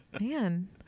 Man